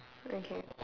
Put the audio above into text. okay